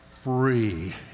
free